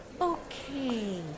Okay